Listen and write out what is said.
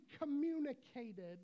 communicated